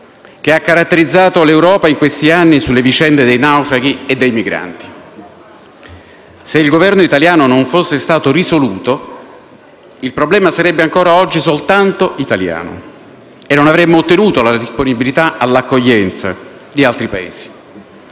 che ha caratterizzato l'Europa in questi anni sulle vicende dei naufraghi e dei migranti. Se il Governo italiano non fosse stato risoluto, il problema sarebbe ancora oggi soltanto italiano e non avremmo ottenuto la disponibilità all'accoglienza di altri Paesi.